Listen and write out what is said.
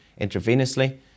intravenously